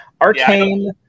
Arcane